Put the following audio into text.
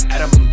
Adam